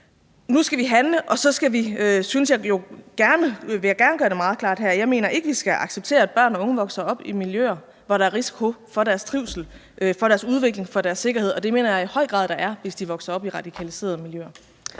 Nu skal vi handle, og jeg vil gerne gøre det meget klart her, at jeg ikke mener, vi skal acceptere, at børn og unge vokser op i miljøer, hvor der er risiko for deres trivsel, for deres udvikling, for deres sikkerhed, og det mener jeg i høj grad der er, hvis de vokser op i radikaliserede miljøer.